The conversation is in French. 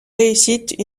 réussite